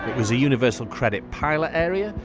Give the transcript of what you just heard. was a universal credit pilot area,